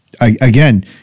Again